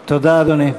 תודה, אדוני.